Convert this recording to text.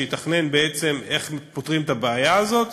שיתכנן איך פותרים את הבעיה הזאת,